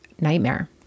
nightmare